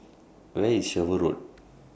Where IS Sherwood Road